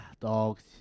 dogs